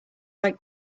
like